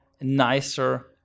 nicer